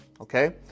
okay